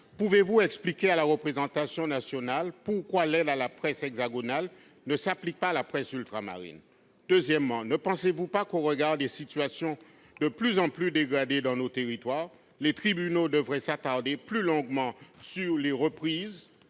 pouvez-vous expliquer à la représentation nationale pourquoi l'aide à la presse hexagonale ne s'applique pas à la presse ultramarine ? Deuxièmement, ne pensez-vous pas qu'au regard des situations de plus en plus dégradées dans nos territoires les tribunaux devraient s'attarder plus longuement sur les